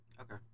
Okay